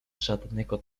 żadnego